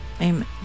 Amen